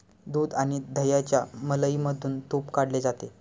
दूध आणि दह्याच्या मलईमधून तुप काढले जाते